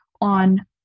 on